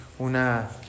Una